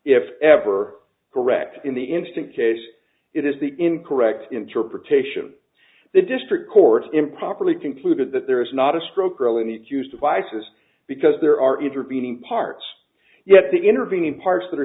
if ever correct in the instant case it is the incorrect interpretation the district court improperly concluded that there is not a stroke really need to use devices because there are intervening parts yet the intervening parts that are